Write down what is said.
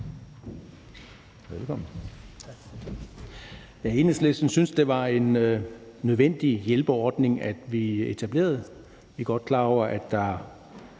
velkommen,